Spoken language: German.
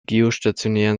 geostationären